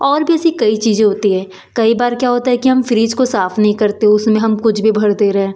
और भी ऐसी कई चीज़ें होती है कई बार क्या होता है कि हम फ्रीज़ को साफ नहीं करते उसमें हम कुछ भी भर दे रहें